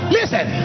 Listen